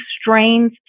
strains